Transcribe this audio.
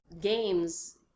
games